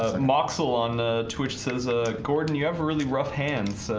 ah mock salon twitch says ah gordon you have a really rough hands.